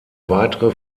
weitere